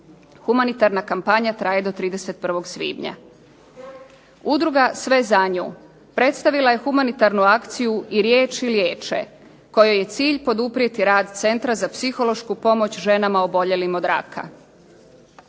Humanitarna kampanja traje do 31. svibnja. Udruga "Sve za nju" predstavila je humanitarnu akciju "I riječi liječe" kojoj je cilj poduprijeti rad Centra za psihološku pomoć ženama oboljelim od raka.